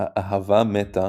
"האהבה מתה",